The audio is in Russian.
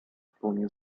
вполне